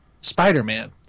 Spider-Man